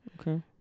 Okay